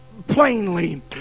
plainly